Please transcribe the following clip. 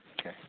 Okay